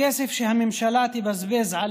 בכסף שהממשלה תבזבז על